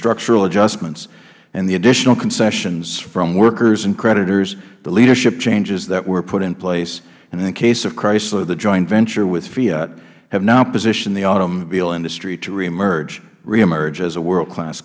structural adjustments and the additional concessions from workers and creditors the leadership changes that were put in place and in the case of chrysler the joint venture with fiat have now positioned the automobile industry to reemerge as a worldclass